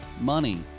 money